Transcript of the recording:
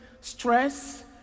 stress